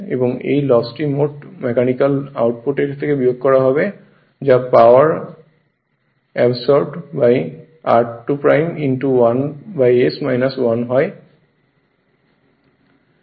এবং এই লসটি মোট ম্যাকানিকাল আউটপুট এর থেকে বিয়োগ করা হবে যা পাওয়ার অ্যাবসরবড r2 1 s - 1 হয়